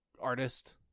artist